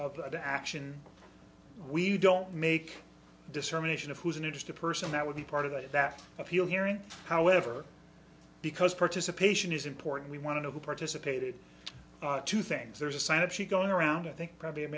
to action we don't make dissemination of who's an interested person that would be part of that appeal hearing however because participation is important we want to know who participated to things there's a sign of she going around i think probably a